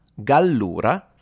Gallura